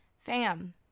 Fam